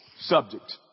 subject